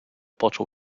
począł